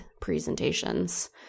presentations